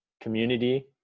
community